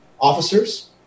officers